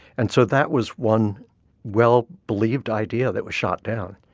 and so that was one well-believed idea that was shot down.